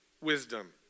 wisdom